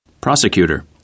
Prosecutor